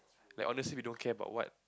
like honestly we don't care about what